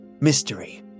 Mystery